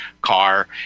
car